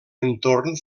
entorn